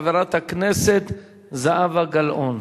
חברת הכנסת זהבה גלאון.